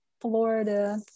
Florida